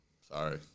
sorry